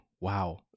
wow